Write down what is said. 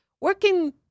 working